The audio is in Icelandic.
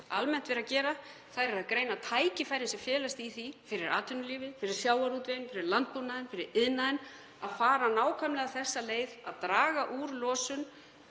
almennt vera að gera. Þær eru að greina tækifærin sem felast í því fyrir atvinnulífið, fyrir sjávarútveginn, fyrir landbúnaðinn, fyrir iðnaðinn, að fara nákvæmlega þessa leið, að draga úr losun,